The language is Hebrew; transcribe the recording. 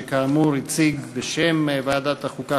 שכאמור הציג בשם ועדת החוקה,